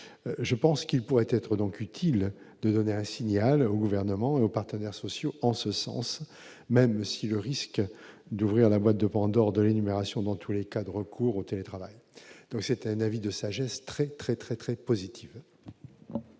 je pense qu'il pourrait être donc utile de donner un signal au gouvernement et aux partenaires sociaux en ce sens, même si le risque d'ouvrir la boîte de Pandore de l'énumération dans tous les cas de recours au télétravail, donc c'est un avis de sagesse très très très très positive.